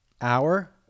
Hour